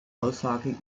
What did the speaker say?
aussage